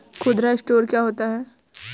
खुदरा स्टोर क्या होता है?